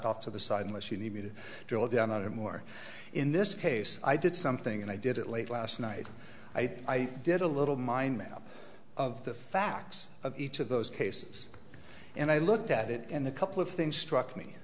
off to the side unless you need me to drill down on it more in this case i did something and i did it late last night i did a little mind map of the facts of each of those cases and i looked at it and a couple of things struck me